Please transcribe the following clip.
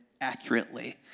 accurately